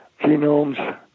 genomes